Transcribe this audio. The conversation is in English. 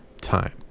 time